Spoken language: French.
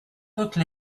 toutes